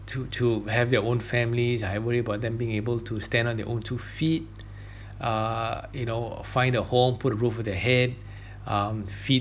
to to have their own families I worry about them being able to stand on their own two feet uh you know find a home put a roof over their head um feed